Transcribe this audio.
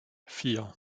vier